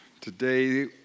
Today